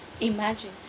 imagine